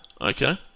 Okay